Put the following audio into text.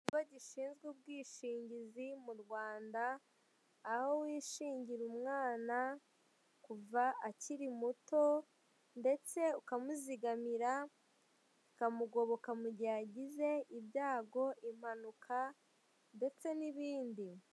Ikigo gishinzwe ubwishingizi mu Rwanda aho wishingira umwana kuva akiri muto ndetse ukamuzigamira ukamugoboka igihe agize ibyago, impanuka ndetse n'ibindi.